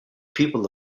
people